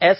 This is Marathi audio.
एस